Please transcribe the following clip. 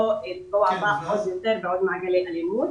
לפגוע בה עוד יותר בעוד מעגלי אלימות.